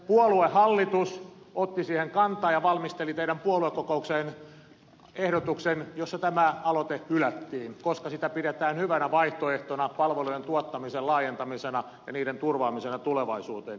puoluehallitus otti siihen kantaa ja valmisteli teidän puoluekokoukseenne ehdotuksen jossa tämä aloite hylättiin koska sitä pidetään hyvänä vaihtoehtona palvelujen tuottamisen laajentamisena ja niiden turvaamisena tulevaisuuteen